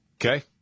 okay